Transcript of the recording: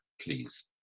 please